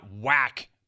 whack